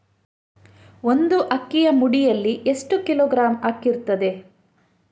ಒಂದು ಅಕ್ಕಿಯ ಮುಡಿಯಲ್ಲಿ ಎಷ್ಟು ಕಿಲೋಗ್ರಾಂ ಅಕ್ಕಿ ಇರ್ತದೆ?